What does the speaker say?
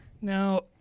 now